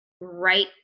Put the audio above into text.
right